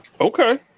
Okay